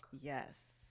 yes